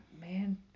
Man